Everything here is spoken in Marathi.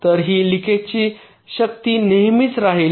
तर ही लिकेजची शक्ती नेहमीच राहील